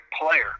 player